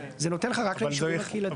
זה נותן לך רק ליישובים הקהילתיים.